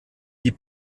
die